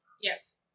Yes